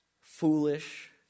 foolish